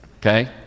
okay